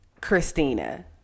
christina